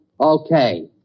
okay